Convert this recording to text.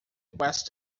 west